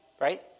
right